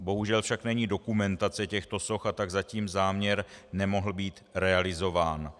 Bohužel však není dokumentace těchto soch, a tak zatím záměr nemohl být realizován.